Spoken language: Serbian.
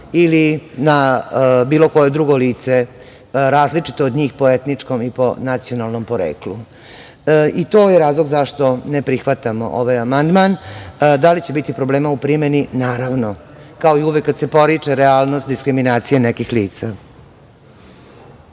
ili na bilo koje drugo lice različito od njih po etničkom i po nacionalnom poreklu. To je razlog zašto ne prihvatamo ovaj amandman. Da li će biti problema u primeni? Naravno, kao i uvek kada se poriče realnost diskriminacije nekih lica.